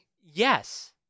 Yes